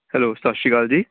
hello ਸਤਿ ਸ਼੍ਰੀ ਅਕਾਲ ਜੀ